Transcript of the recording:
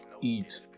eat